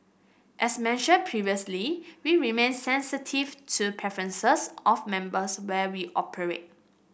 as mentioned previously we remain sensitive to preferences of members where we operate